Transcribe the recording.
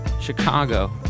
Chicago